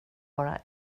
bara